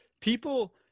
People